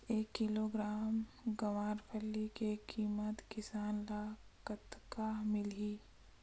एक किलोग्राम गवारफली के किमत किसान ल कतका मिलही?